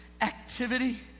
activity